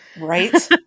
Right